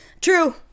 True